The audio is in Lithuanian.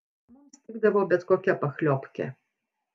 mums tikdavo bet kokia pachliobkė